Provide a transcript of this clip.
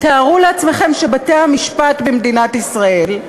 תארו לעצמכם שבמשטרה, במשטרת ישראל,